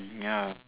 ya